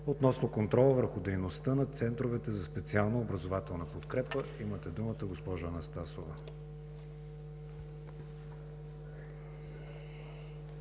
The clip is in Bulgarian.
относно контрола върху дейността на центровете за специална образователна подкрепа. Имате думата, госпожо Анастасова.